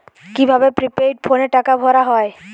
কি ভাবে প্রিপেইড ফোনে টাকা ভরা হয়?